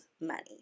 money